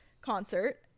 concert